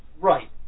Right